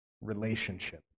relationship